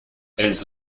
elles